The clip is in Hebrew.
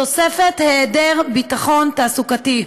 תוספת היעדר ביטחון תעסוקתי.